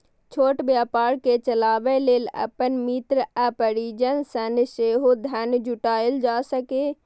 छोट व्यवसाय कें चलाबै लेल अपन मित्र आ परिजन सं सेहो धन जुटायल जा सकैए